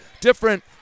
different